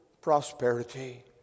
prosperity